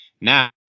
Now